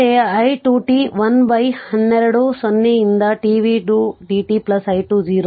ಅಂತೆಯೇ i 2 t 1 ಹನ್ನೆರಡು 0 ರಿಂದ t v 2 dt plus i 2 0